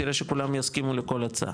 תראה שכולם יסכימו לכל הצעה,